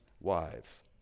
wives